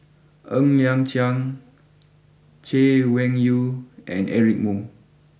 Ng Liang Chiang Chay Weng Yew and Eric Moo